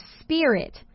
Spirit